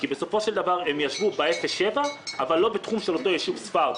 כי בסופו של דבר הם ישבו ב-07 אבל לא בתחום של אותו ישוב ספר,